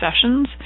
sessions